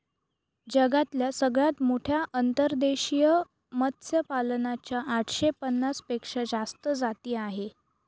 जगातल्या सगळ्यात मोठ्या अंतर्देशीय मत्स्यपालना च्या आठशे पन्नास पेक्षा जास्त जाती आहे